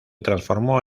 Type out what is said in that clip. transformó